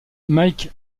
mike